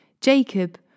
Jacob